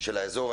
של האזור.